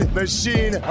machine